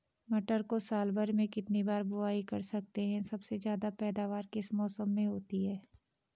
मटर को साल भर में कितनी बार बुआई कर सकते हैं सबसे ज़्यादा पैदावार किस मौसम में होती है?